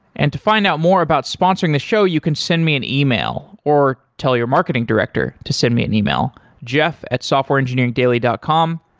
and to find out more about sponsoring the show, you can send me an ah e-mail or tell your marketing director to send me an e-mail jeff at softwareengineeringdaily dot com.